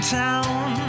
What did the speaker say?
town